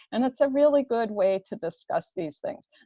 and it's a really good way to discuss these things.